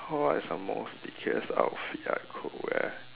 what is the most ridiculous outfit I could wear